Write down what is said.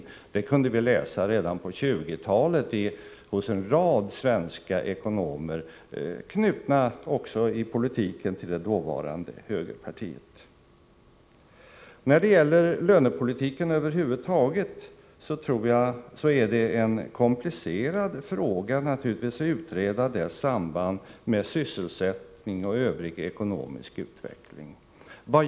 Samma teori fanns redan på 1920-talet hos en rad svenska ekonomer, som politiskt var knutna till det dåvarande högerpartiet. När det gäller lönepolitiken över huvud taget är det komplicerat att utreda sambandet mellan sysselsättning och övrig ekonomisk utveckling.